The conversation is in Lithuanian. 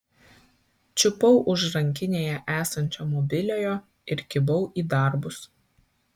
čiupau už rankinėje esančio mobiliojo ir kibau į darbus